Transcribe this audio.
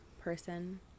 person